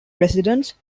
residents